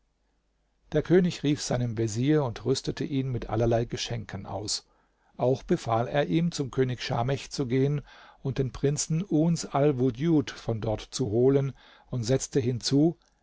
der könig rief seinem vezier und rüstete ihn mit allerlei geschenken aus auch befahl er ihm zum könig schamech zu gehen und den prinzen uns alwudjud von dort zu holen und setzte hinzu